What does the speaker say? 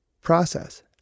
process